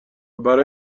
برای